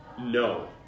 No